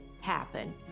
happen